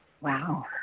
Wow